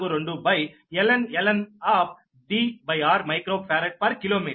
0242ln Dr microfarad per kilometre